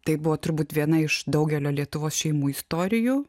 tai buvo turbūt viena iš daugelio lietuvos šeimų istorijų